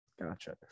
gotcha